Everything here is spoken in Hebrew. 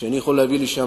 שאני יכול להביא לשם,